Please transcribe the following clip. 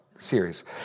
series